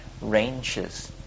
ranges